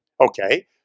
Okay